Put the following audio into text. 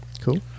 Cool